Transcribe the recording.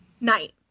Night